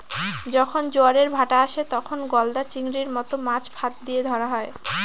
যখন জোয়ারের ভাঁটা আসে, তখন গলদা চিংড়ির মত মাছ ফাঁদ দিয়ে ধরা হয়